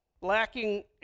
lacking